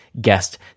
guest